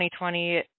2020